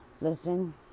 Listen